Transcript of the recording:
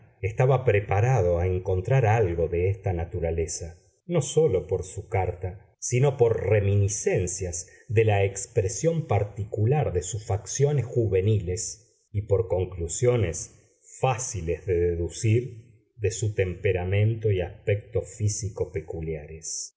estaba preparado a encontrar algo de esta naturaleza no sólo por su carta sino por reminiscencias de la expresión particular de sus facciones juveniles y por conclusiones fáciles de deducir de su temperamento y aspecto físico peculiares